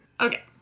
okay